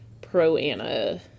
pro-Anna